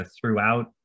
throughout